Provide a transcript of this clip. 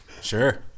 sure